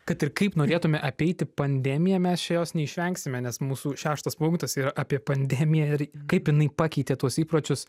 kad ir kaip norėtume apeiti pandemiją mes čia jos neišvengsime nes mūsų šeštas punktas yra apie pandemiją ir kaip jinai pakeitė tuos įpročius